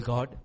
God